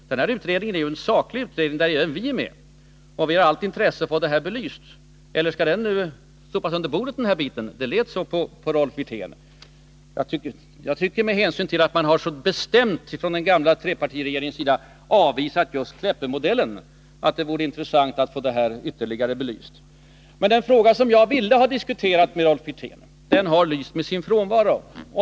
Denna utredning är ju en saklig utredning, där även vi är med, och vi har allt intresse av att få det här belyst. Eller skall den här biten nu sopas under bordet? Det lät så på Rolf Wirtén. Jag tycker, med hänsyn till att man från den gamla trepartiregeringens sida så bestämt har avvisat Kleppemodellen, att det vore intressant att få den ordentligt belyst. Men den fråga som jag ville diskutera med Rolf Wirtén har lyst med sin frånvaro.